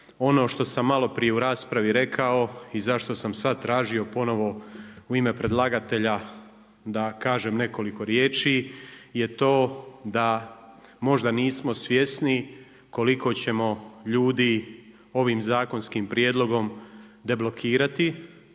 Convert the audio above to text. Ono što sam malo prije u raspravi rekao i zašto sam sada tražio ponovno u ime predlagatelja da kažem nekoliko riječi je to da možda nismo svjesni koliko ćemo ljudi ovim zakonskim prijedlogom deblokirati.